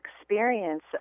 experience